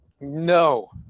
no